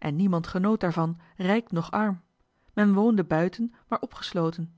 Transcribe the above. niemand genoot daarvan rijk noch arm men woonde buiten maar opgesloten